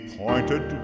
pointed